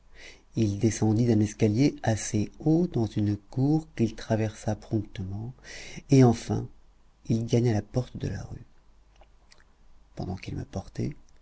il descendit d'un escalier assez haut dans une cour qu'il traversa promptement et enfin il gagna la porte de la rue pendant qu'il me portait